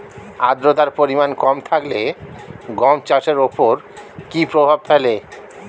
আদ্রতার পরিমাণ কম থাকলে গম চাষের ওপর কী প্রভাব ফেলে?